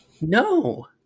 no